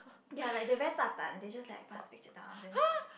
ya they like very 大胆 they just passed the picture down then